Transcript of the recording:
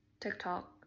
TikTok